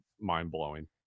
mind-blowing